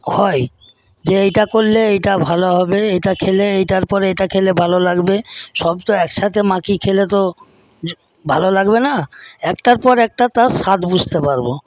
হয় যে এইটা করলে এইটা ভালো হবে এইটা খেলে এইটার পরে এইটা খেলে ভালো লাগবে সব তো একসাথে মাখিয়ে খেলে তো ভালো লাগবে না একটার পর একটা তার স্বাদ বুঝতে পারব